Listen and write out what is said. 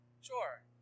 Sure